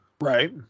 Right